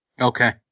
Okay